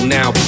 now